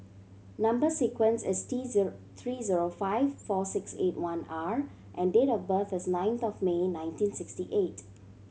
number sequence is T zero three zero five four six eight one R and date of birth is ninth of May nineteen sixty eight